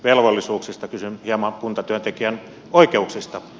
kysyn hieman kuntatyöntekijän oikeuksista